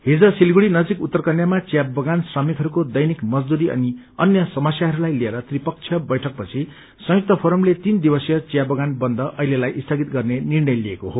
हिज सिलगढ़ी नजिक उत्तर कन्यामा चिया बगान श्रमिकहरूको दैनिक मजदूरी अनि अन्य समस्याहरूलाई लिएर त्रिपक्षीय बैठकपछि संयुक्त फोरमले तीन दिवसीय थिया बगान बन्द अछिलेलाई स्वगित गर्ने लिर्णय लिएको हो